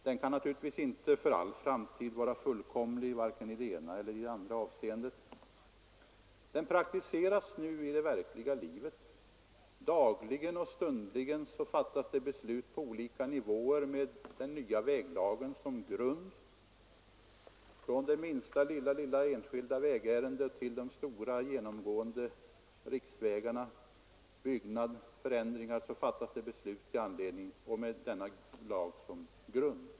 Den kan naturligtvis inte för all framtid vara fullkomlig vare sig i det ena eller i det andra avseendet. onödigt intrång Lagen praktiseras nu i det verkliga livet; dagligen och stundligen fattas det beslut på olika nivåer med den nya väglagen som grund. Från det allra minsta lilla vägärende till ärenden som rör de stora genomgående riksvägarna, om ärenden angående byggnad och förändringar av vägar fattas det beslut med denna lag som grund.